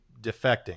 defecting